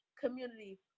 community